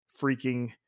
freaking